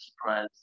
surprise